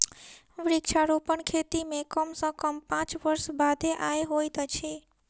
वृक्षारोपण खेती मे कम सॅ कम पांच वर्ष बादे आय होइत अछि